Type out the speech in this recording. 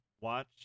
watch